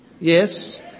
Yes